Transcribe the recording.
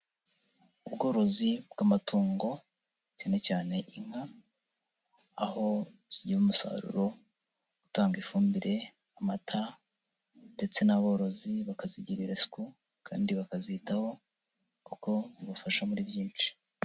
Ubworozi bw'amatungo cyane cyane inka aho zigira umusaruro utanga ifumbire, amata ndetse n'aborozi bakazigirarira isuku kandi bakazitaho kuko zibafasha muri byinshi.